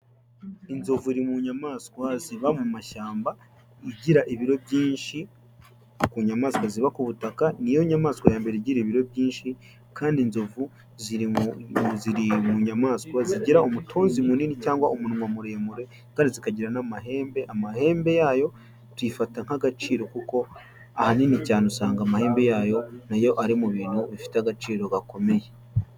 Inzovu iri mu nyamaswa ziba mu mashyamba igira ibiro byinshi ku nyamaswa ziba ku butaka, niyo nyamaswa ya mbere igira ibiro byinshi kandi inzovu ziri mu ziri mu nyamaswa zigira umutonzi munini cyangwa umunwa muremure, kandi zikagira n'amahembe, amahembe yayo tuyifata nk'agaciro kuko ahanini cyane usanga amahembe yayo nayo ari mu bintu bifite agaciro gakomeye.